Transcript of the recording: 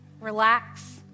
relax